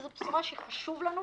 וזאת בשורה שחשובה לנו,